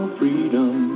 freedom